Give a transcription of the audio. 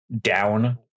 down